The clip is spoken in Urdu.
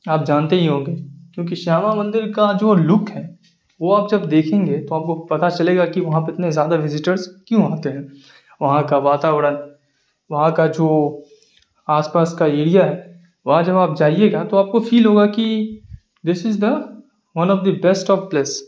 آپ جانتے ہی ہوں گے کیوں کہ شیاما مندر کا جو لک ہے وہ آپ جب دیکھیں گے تو آپ کو پتہ چلے گا کہ وہاں پہ اتنے زیادہ وزٹرس کیوں آتے ہیں وہاں کا واتاورن وہاں کا جو آس پاس کا ایریا ہے وہاں جب آپ جائیے گا تو آپ کو فیل ہوگا کہ this is the one of the best of place